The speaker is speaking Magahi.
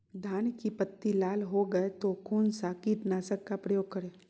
धान की पत्ती लाल हो गए तो कौन सा कीटनाशक का प्रयोग करें?